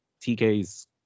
TK's